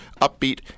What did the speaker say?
upbeat